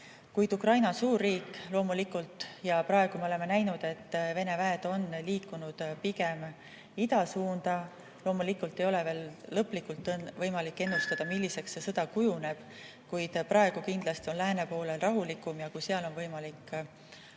Ukraina on suur riik ja praegu me oleme näinud, et Vene väed on liikunud pigem idasuunda. Loomulikult ei ole veel lõplikult võimalik ennustada, milliseks see sõda kujuneb, kuid praegu kindlasti on lääne poolel rahulikum ja kui seal on võimalik abi andmist